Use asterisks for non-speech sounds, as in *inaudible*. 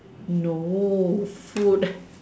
no food *breath*